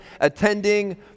attending